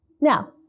Now